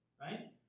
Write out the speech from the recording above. Right